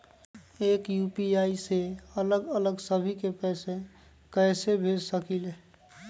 एक यू.पी.आई से अलग अलग सभी के पैसा कईसे भेज सकीले?